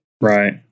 Right